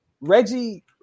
Reggie